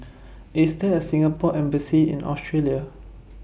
IS There A Singapore Embassy in Australia